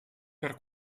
per